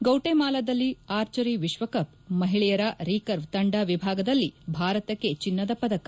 ಗೌಟೆಮಾಲಾದಲ್ಲಿ archery ವಿಶ್ವ cup ಮಹಿಳೆಯರ recurve ತಂಡ ವಿಭಾಗದಲ್ಲಿ ಭಾರತಕ್ಕೆ ಚಿನ್ನದ ಪದಕ